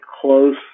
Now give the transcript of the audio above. close